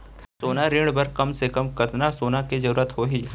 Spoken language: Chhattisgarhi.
सोना ऋण बर कम से कम कतना सोना के जरूरत होही??